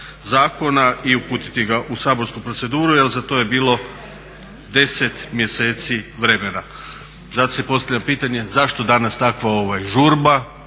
zakona i uputiti ga u saborsku proceduru? Jer za to je bilo 10 mjeseci vremena. Zato se postavlja pitanje zašto danas takva žurba,